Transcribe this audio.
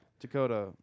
Dakota